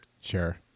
Sure